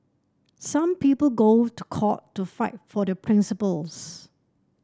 some people go to court to fight for their principles